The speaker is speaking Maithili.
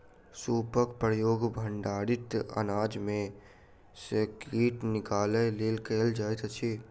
सूपक उपयोग भंडारित अनाज में सॅ कीट निकालय लेल कयल जाइत अछि